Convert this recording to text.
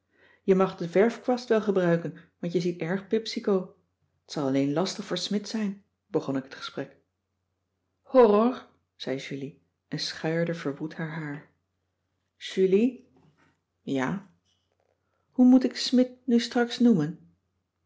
je mag den verfkwast wel gebruiken want je ziet erg pipsico t zal alleen lastig voor smidt zijn begon ik het gesprek horror zei julie en schuierde verwoed haar haar julie ja cissy van marxveldt de h b s tijd van joop ter heul hoe moet ik smidt nu straks noemen